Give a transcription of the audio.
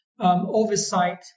Oversight